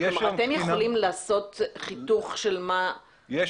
אתם יכולים לעשות חיתוך של מה --- יש